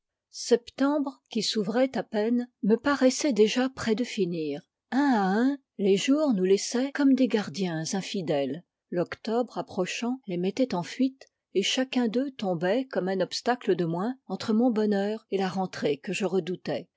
septembre qui s'ouvrait à peine me paraissait déjà près de finir un à un les jours nous laissaient comme des gardiens infidèles l'octobre approchant les mettait en fuite et chacun d'eux tombait comme un obstacle de moins entre mon bonheur et la rentrée que je redoutais